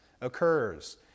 occurs